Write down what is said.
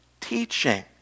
teaching